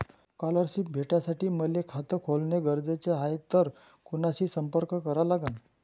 Scholarship भेटासाठी मले खात खोलने गरजेचे हाय तर कुणाशी संपर्क करा लागन?